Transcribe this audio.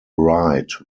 ride